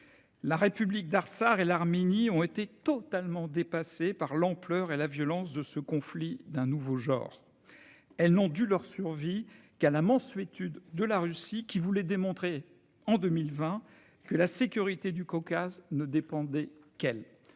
La République d'Artsakh et l'Arménie ont été totalement dépassées par l'ampleur et la violence de ce conflit d'un nouveau genre. Elles n'ont dû leur survie qu'à la mansuétude de la Russie, qui voulait démontrer, en 2020, que la sécurité du Caucase ne dépendait que d'elle.